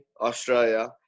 Australia